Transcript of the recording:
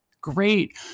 Great